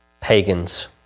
pagans